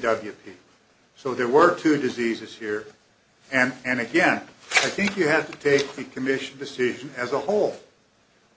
w so there were two diseases here and and again i think you have to take the commission decision as a whole